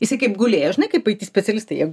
jisai kaip gulėjo žinai kaip it specialistai jie